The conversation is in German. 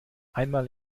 einmal